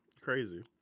crazy